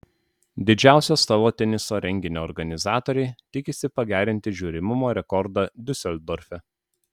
didžiausio stalo teniso renginio organizatoriai tikisi pagerinti žiūrimumo rekordą diuseldorfe